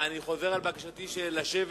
אני שוב מבקש לשבת.